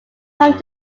come